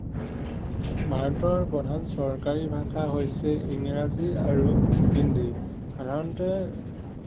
ভাৰতৰ প্ৰধান চৰকাৰী ভাষা হৈছে ইংৰাজী আৰু হিন্দী সাধাৰণতে